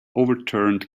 overturned